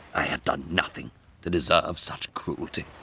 i had done nothing to deserve such cruelty.